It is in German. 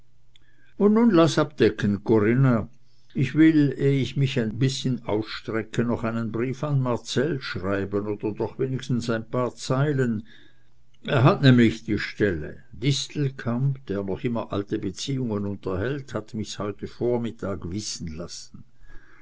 und nun laß abdecken corinna ich will eh ich mich ein bißchen ausstrecke noch einen brief an marcell schreiben oder doch wenigstens ein paar zeilen er hat nämlich die stelle distelkamp der immer noch alte beziehungen unterhält hat mich's heute vormittag wissen lassen